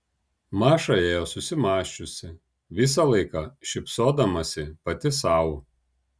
maša ėjo susimąsčiusi visą laiką šypsodamasi pati sau